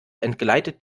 entgleitet